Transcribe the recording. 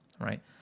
right